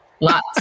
lots